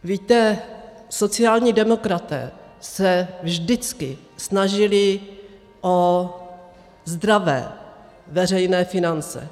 Víte, sociální demokraté se vždycky snažili o zdravé veřejné finance.